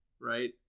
right